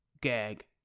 gag